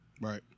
Right